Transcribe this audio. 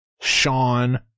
Sean